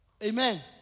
Amen